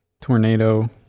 tornado